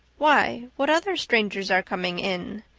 why, what other strangers are coming in?